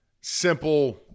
simple